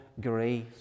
grace